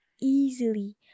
easily